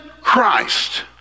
Christ